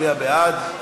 הצביע בעד.